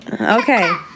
okay